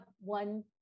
one